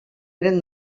eren